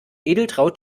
edeltraud